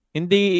Hindi